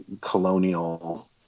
colonial